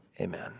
Amen